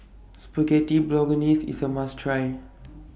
Spaghetti Bolognese IS A must Try